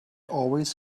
always